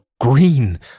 green